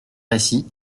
rsi